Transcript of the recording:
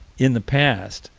in the past,